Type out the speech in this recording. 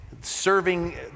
serving